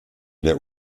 der